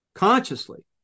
Consciously